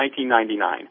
1999